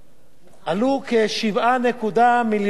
עלותה כ-7 מיליון שקל.